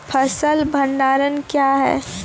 फसल भंडारण क्या हैं?